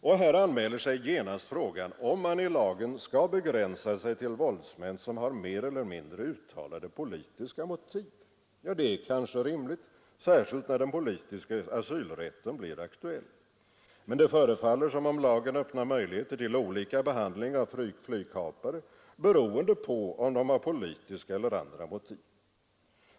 Och här anmäler sig genast frågan om man i lagen skall begränsa sig till våldsmän som har mer eller mindre uttalade politiska motiv. Det är kanske rimligt, särskilt när den politiska asylrätten blir aktuell. Men det förefaller som om lagen öppnar möjligheter till olika behandling av flygkapare, beroende på om de har politiska eller andra motiv.